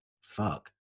fuck